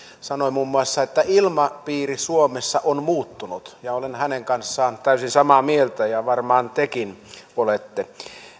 sanoi muun muassa että ilmapiiri suomessa on muuttunut olen hänen kanssaan täysin samaa mieltä ja varmaan tekin olette